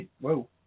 whoa